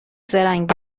زرنگ